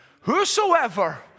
Whosoever